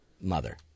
mother